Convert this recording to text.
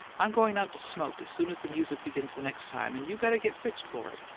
i'm goin' out to smoke as soon as the music begins the next time, and you better get fixed for it.